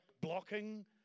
blocking